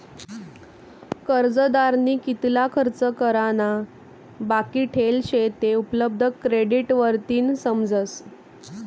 कर्जदारनी कितला खर्च करा ना बाकी ठेल शे ते उपलब्ध क्रेडिट वरतीन समजस